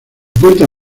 puerta